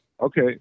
Okay